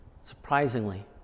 surprisingly